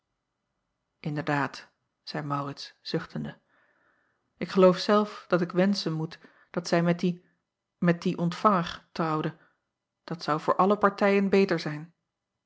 nderdaad zeî aurits zuchtende ik geloof zelf dat ik wenschen moet dat zij met dien met dien ontvanger trouwde dat zou voor alle partijen beter zijn